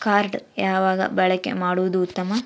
Card ಯಾವಾಗ ಬಳಕೆ ಮಾಡುವುದು ಉತ್ತಮ?